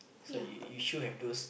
so like you you should have those